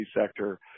sector